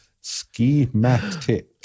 schematic